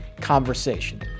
conversation